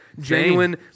genuine